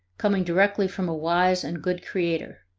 coming directly from a wise and good creator.